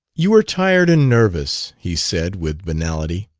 you are tired and nervous, he said with banality.